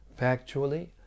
factually